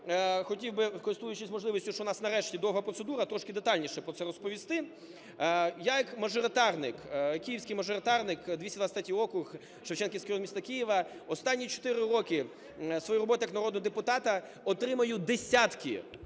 хотів би, користуючись можливістю, що в нас, нарешті, довга процедура, трошки детальніше про це розповісти. Я як мажоритарник, київський мажоритарник, 223-й округ, Шевченківський район міста Києва останні 4 роки своєї роботи як народного депутата отримую десятки,